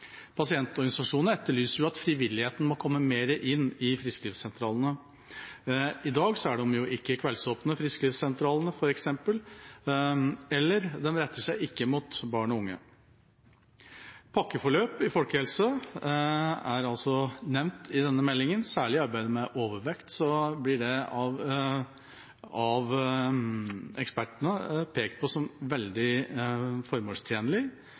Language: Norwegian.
Pasientorganisasjonene etterlyser jo at frivilligheten må komme mer inn i frisklivssentralene. I dag er f.eks. frisklivssentralene ikke kveldsåpne, og de retter seg ikke mot barn og unge. Pakkeforløp i folkehelse er også nevnt i denne meldingen. Særlig i arbeidet med overvekt blir det av ekspertene pekt på som veldig